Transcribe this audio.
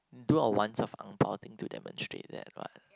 do our oneself ang-bao thing to demonstrate that what